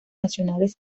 nacionales